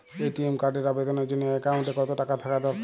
ATM কার্ডের আবেদনের জন্য অ্যাকাউন্টে কতো টাকা থাকা দরকার?